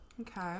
Okay